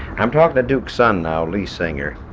i'm talking to duke's son now, lee singer.